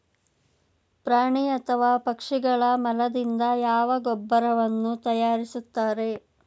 ಪ್ರಾಣಿ ಅಥವಾ ಪಕ್ಷಿಗಳ ಮಲದಿಂದ ಯಾವ ಗೊಬ್ಬರವನ್ನು ತಯಾರಿಸುತ್ತಾರೆ?